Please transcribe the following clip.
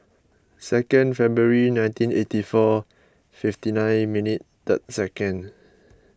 second February nineteen eighty four fifty nine minute third second